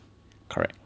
correct